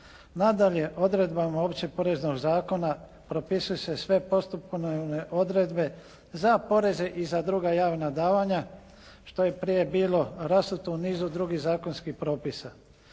Nadalje, odredbama Općeg poreznog zakona propisuju se sve postupovne odredbe za poreze i za druga javna davanja što je prije bilo rasuto u nizu drugih zakonskih propisa